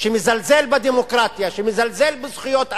שמזלזל בדמוקרטיה, שמזלזל בזכויות אדם,